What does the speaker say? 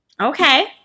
okay